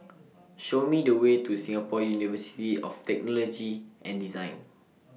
Show Me The Way to Singapore University of Technology and Design